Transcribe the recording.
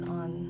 on